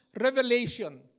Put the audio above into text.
revelation